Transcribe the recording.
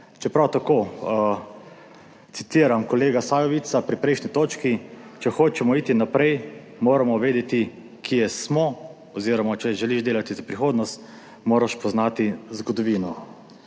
Čeprav tako citiram kolega Sajovica pri prejšnji točki: "Če hočemo iti naprej, moramo vedeti kje smo oziroma če želiš delati za prihodnost, moraš poznati zgodovino."